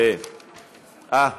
אה,